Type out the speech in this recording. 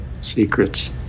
Secrets